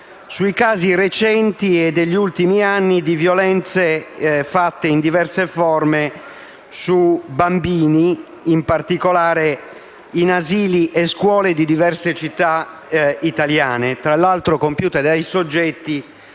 sui casi degli ultimi anni di violenze perpetrate in diverse forme contro bambini, in particolare in asili e scuole di diverse città italiane, tra l'altro compiute dai soggetti